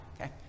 okay